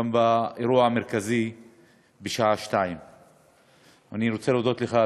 וגם באירוע המרכזי בשעה 14:00. אני רוצה להודות לך,